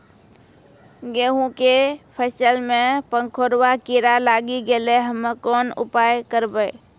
गेहूँ के फसल मे पंखोरवा कीड़ा लागी गैलै हम्मे कोन उपाय करबै?